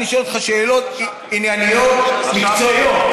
אני שואל אותך שאלות ענייניות מקצועיות.